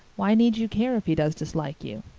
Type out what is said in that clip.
why need you care if he does dislike you?